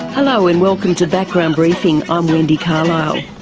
hello, and welcome to background briefing, i'm wendy carlisle.